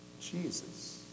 Jesus